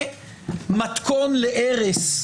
זה מתכון להרס,